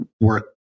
work